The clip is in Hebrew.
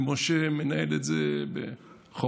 ומשה מנהל את זה בחוכמה,